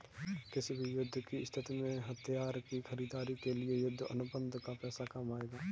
किसी भी युद्ध की स्थिति में हथियार की खरीदारी के लिए युद्ध अनुबंध का पैसा काम आएगा